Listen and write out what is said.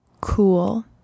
Cool